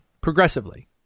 Progressively